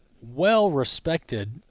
well-respected